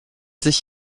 sich